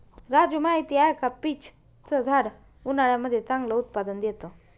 राजू माहिती आहे का? पीच च झाड उन्हाळ्यामध्ये चांगलं उत्पादन देत